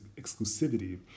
exclusivity